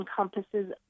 encompasses